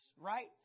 right